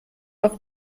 auf